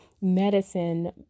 medicine